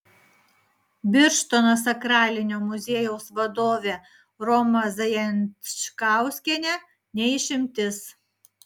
birštono sakralinio muziejaus vadovė roma zajančkauskienė ne išimtis